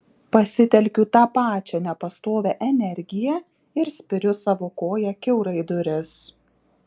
pasitelkiu tą pačią nepastovią energiją ir spiriu savo koja kiaurai duris